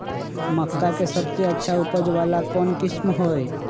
मक्का के सबसे अच्छा उपज वाला कौन किस्म होई?